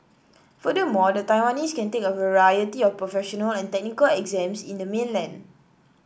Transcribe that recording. furthermore the Taiwanese can take a variety of professional and technical exams in the mainland